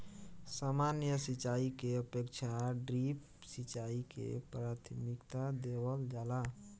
सामान्य सिंचाई के अपेक्षा ड्रिप सिंचाई के प्राथमिकता देवल जाला